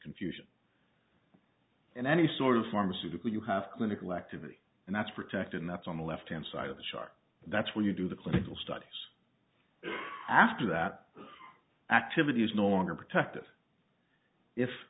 confusion and any sort of pharmaceutical you have clinical activity and that's protecting that's on the left hand side of the shark that's where you do the clinical studies after that activity is no longer protective if